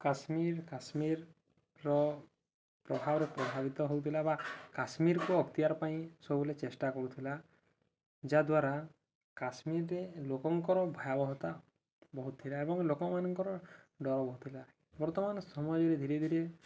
କାଶ୍ମୀର କାଶ୍ମୀରର ପ୍ରଭାବରେ ପ୍ରଭାବିତ ହଉଥିଲା ବା କାଶ୍ମୀରକୁ ଅକ୍ତିଆର ପାଇଁ ସବୁବେଳେ ଚେଷ୍ଟା କରୁଥିଲା ଯାହାଦ୍ୱାରା କାଶ୍ମୀରରେ ଲୋକଙ୍କର ଭୟାବହତା ବହୁତ ଥିଲା ଏବଂ ଲୋକମାନଙ୍କର ଡର ବହୁତ ଥିଲା ବର୍ତ୍ତମାନ ସମାଜରେ ଧୀରେ ଧୀରେ